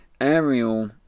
Ariel